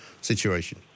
situation